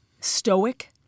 stoic